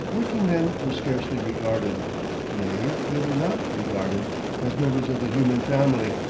workingmen were scarcely regarded nay, they were not regarded as members of the human family.